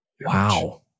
Wow